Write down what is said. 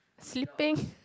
sleeping